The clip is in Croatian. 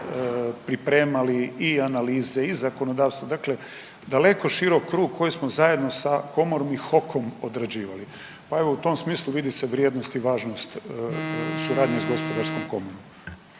pripremali i analize i zakonodavstvo, dakle daleko širok krug koji smo zajedno sa komorom i HOK-om odrađivali. Pa evo u tom smislu vidi se vrijednost i važnost suradnje s gospodarskom komorom.